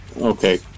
Okay